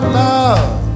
love